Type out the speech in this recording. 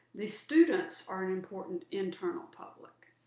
the students are an important internal public.